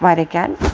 വരയ്ക്കാൻ